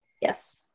Yes